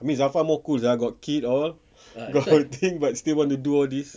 zafran more cool sia got kid all got other thing but still want to do all these